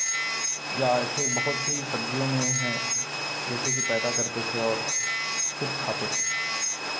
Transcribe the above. या ऐसे बहुत ही सब्जियों में है जैसे कि पैदा करते थे और खुद खाते थे